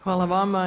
Hvala vama.